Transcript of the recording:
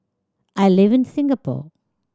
I live in Singapore